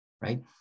right